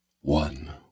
One